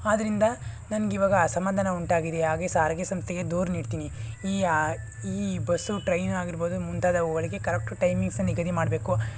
ಆದ್ರಿಂದ ನನಗೆ ಇವಾಗ ಅಸಮಾಧಾನ ಉಂಟಾಗಿದೆ ಹಾಗೆ ಸಾರಿಗೆ ಸಂಸ್ಥೆಗೆ ದೂರು ನೀಡ್ತೀನಿ ಈ ಬಸ್ಸು ಟ್ರೈನೂ ಆಗಿರ್ಬೋದು ಮುಂತಾದವುಗಳಿಗೆ ಕರೆಕ್ಟು ಟೈಮಿಂಗ್ಸ್ ನಿಗದಿ ಮಾಡ್ಬೇಕು